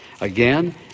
again